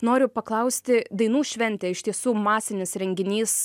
noriu paklausti dainų šventė iš tiesų masinis renginys